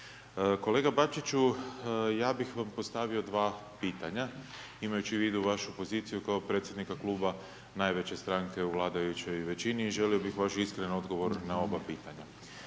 Kolega Bačiću, ja bih vam postavio 2 pitanja imajući u vidu vašu poziciju kao predsjednika Kluba najveće stranke u vladajućoj većini i želio bi vaš iskren odgovor na oba pitanja.